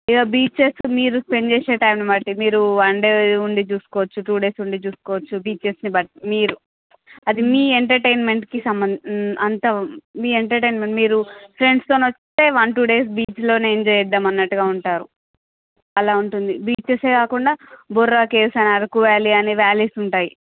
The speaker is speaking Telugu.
ఇగ బీచెస్ మీరు స్పెన్డ్ చేసే టైం బట్టి మీరు వన్ డే ఉండి చూసుకోవచ్చు టు డేస్ ఉండి చూసుకోవచ్చు బీచెస్ని బట్టి మీరు అది మీ ఎంటర్టైన్మెంట్ సంబంధ అంత మీరు మీ ఎంటర్టైన్మెంట్ మీరు ఫ్రెండ్స్ తోనే వస్తే వన్ టు డేస్ బీచ్లోనే ఎంజాయ్ చేద్దాం అన్నట్టు ఉంటారు అలా ఉంటుంది బీచెస్ ఏ కాకుండా బుర్ర కేవ్స్ అరకు వ్యాలీ అని వ్యాలిస్ ఉంటాయి